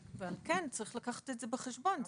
לכן צריך לקחת את זה בחשבון.